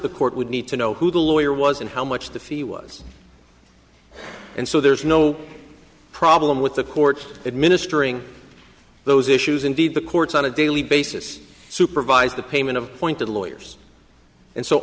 the court would need to know who the lawyer was and how much the fee was and so there's no problem with the court administering those issues indeed the courts on a daily basis supervise the payment of pointed